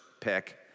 pick